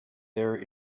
there